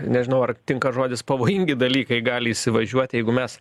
nežinau ar tinka žodis pavojingi dalykai gali įsivažiuoti jeigu mes